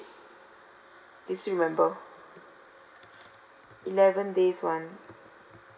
do you still remember eleven days one